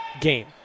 game